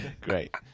Great